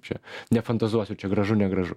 čia nefantazuosiu čia gražu negražu